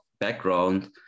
background